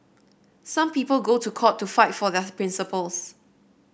some people go to court to fight for their principles